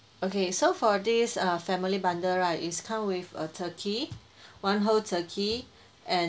okay so for this uh family bundle right it's come with a turkey one whole turkey and